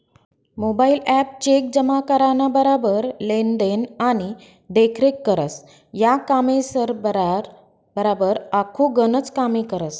mobile app cheque जमा कराना बराबर लेन देन आणि देखरेख करस, या कामेसबराबर आखो गनच कामे करस